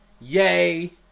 Yay